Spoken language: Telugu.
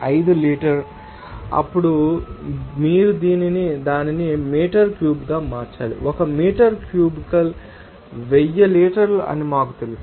5 లీటర్ అప్పుడు మీరు దానిని మీటర్ క్యూబ్గా మార్చాలి ఒక మీటర్ క్యూబికల్ 1000 లీటర్ అని మాకు తెలుసు